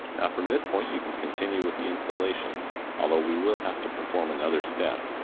now from this point you can continue with the installation although we will have to perform another step.